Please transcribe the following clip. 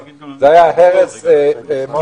זה היה הרס מאוד גדול.